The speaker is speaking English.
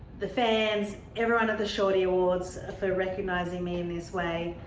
the fans, everyone at the shorty awards, for recognising me in this way.